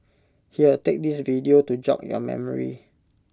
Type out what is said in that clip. here take this video to jog your memory